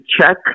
check